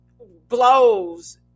blows